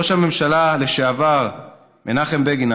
ראש הממשלה לשעבר מנחם בגין,